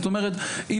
זאת אומרת,